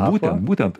būtent būtent